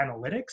analytics